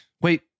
Wait